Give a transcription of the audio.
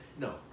No